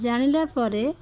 ଜାଣିଲା ପରେ